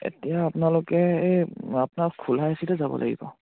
এতিয়া আপোনালোকে এই আপোনাক খোলা এচিতে যাব লাগিব